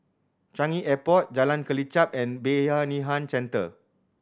Changi Airport Jalan Kelichap and Bayanihan Centre